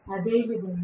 అదేవిధంగా